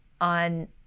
on